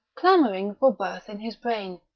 clamouring for birth in his brain.